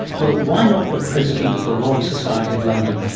well, why not the president of the royal society of london,